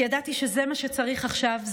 כי ידעתי שזה מה שצריך עכשיו,